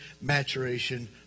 maturation